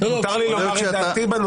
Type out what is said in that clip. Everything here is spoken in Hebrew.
עורך הדין בהט,